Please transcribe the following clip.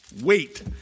Wait